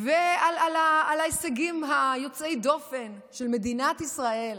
על ההישגים היוצאי-דופן של מדינת ישראל,